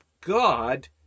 God